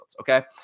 Okay